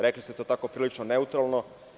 Rekli ste to tako, prilično neutralno.